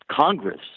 Congress